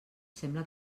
sembla